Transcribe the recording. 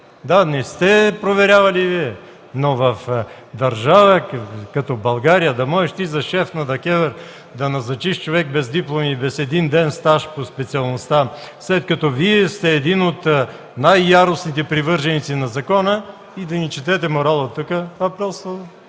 Да, не сте я проверявали Вие, но в държава като България да можеш ти да назначиш за шеф на ДКЕВР човек без диплома и без един ден стаж по специалността, след като Вие сте един от най-яростните привърженици на закона, и да ни четете морал оттук, това просто